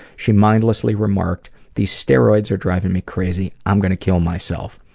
she mindlessly remarked, these steroids are driving me crazy. i'm gonna kill myself.